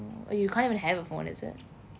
you can't even have a phone is it